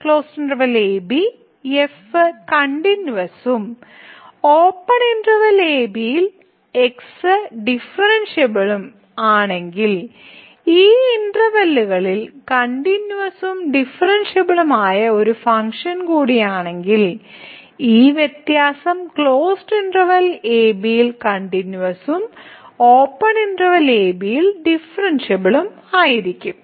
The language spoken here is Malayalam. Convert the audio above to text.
ക്ലോസ്ഡ് ഇന്റെർവെല്ലിൽ a b f കണ്ടിന്യൂവസും ഓപ്പൺ ഇന്റെർവെല്ലിൽ a b x എന്നിവ ഡിഫറെൻഷിയബിളും ചെയ്യുന്നുവെങ്കിൽ ആ ഇന്റർവെല്ലുകളിൽ കണ്ടിന്യൂവസും ഡിഫറെൻഷിയബിളും ആയ ഒരു ഫംഗ്ഷൻ കൂടിയാണെങ്കിൽ ഈ വ്യത്യാസം ക്ലോസ്ഡ് ഇന്റെർവെല്ലിൽ a b കണ്ടിന്യൂവസും ഓപ്പൺ ഇന്റെർവെല്ലിൽ a b ഡിഫറെൻഷിയബിളും ആയരിക്കും